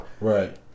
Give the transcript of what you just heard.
Right